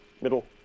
middle